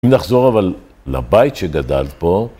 אם נחזור אבל לבית שגדלת פה,